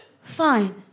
Fine